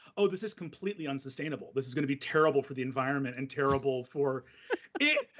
oh, this is completely unsustainable. this is gonna be terrible for the environment and terrible for it.